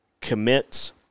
commit